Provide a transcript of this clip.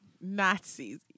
Nazis